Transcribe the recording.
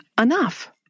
enough